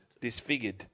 disfigured